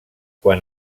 quan